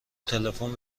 تلفن